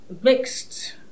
mixed